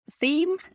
theme